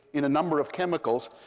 in a number of chemicals,